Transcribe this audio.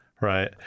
right